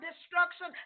destruction